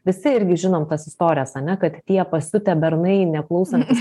visi irgi žinom tas istorijas ane kad kad tie pasiutę bernai neklausantys